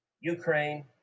Ukraine